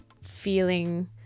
feeling